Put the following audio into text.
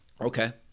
Okay